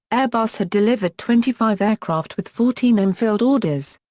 airbus had delivered twenty five aircraft with fourteen unfilled orders.